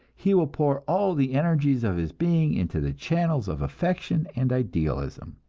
he will pour all the energies of his being into the channels of affection and idealism.